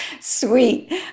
Sweet